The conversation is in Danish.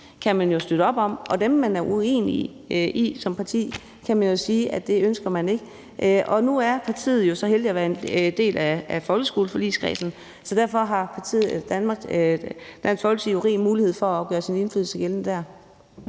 kan man støtte op om, og dem, man er uenig med som parti, kan man sige man ikke ønsker. Nu er partiet jo så heldig at være en del af folkeskoleforligskredsen, så derfor har Dansk Folkeparti jo rig mulighed for at gøre sin indflydelse gældende der.